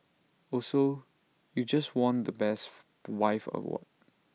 also you just won the best wife award